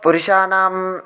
पुरुषाणाम्